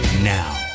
Now